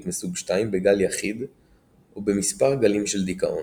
מסוג 2 בגל יחיד או במספר גלים של דיכאון.